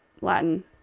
Latin